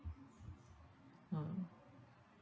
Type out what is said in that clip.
ah